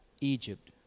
Egypt